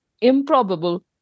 improbable